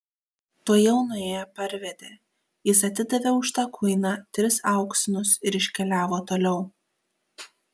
tuojau nuėję parvedė jis atidavė už tą kuiną tris auksinus ir iškeliavo toliau